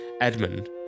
Edmund